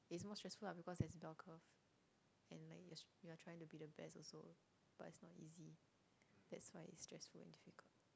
it's more stressful lah because there's a bell curve and like you you are trying to be the best but it's not easy that's why it's stressful and difficult